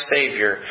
Savior